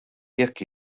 jekk